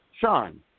Sean